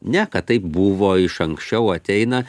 ne kad taip buvo iš anksčiau ateina